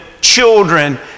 children